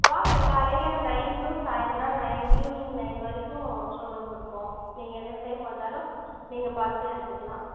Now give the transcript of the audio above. வாங்க காலையில் nine to சாயந்திரோம் நயன் ஈவினிங் நயன் வரைக்கும் ஷோரூம் இருக்கும் நீங்கள் என்ன டைம் வந்தாலும் நீங்கள் பார்த்து எடுத்துக்கலாம்